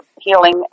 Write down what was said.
healing